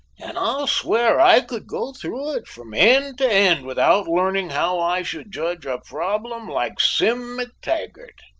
and i'll swear i could go through it from end to end without learning how i should judge a problem like sim mactaggart.